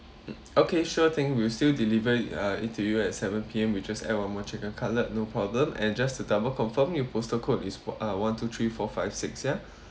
okay sure thing we'll still deliver it uh it to you at seven P_M we just add one more chicken cutlet no problem and just to double confirm your postal code is uh one two three four five six ya